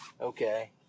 okay